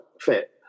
fit